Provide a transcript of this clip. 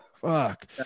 fuck